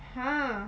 !huh!